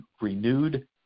renewed